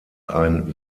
ein